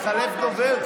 התחלף דובר,